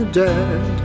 dead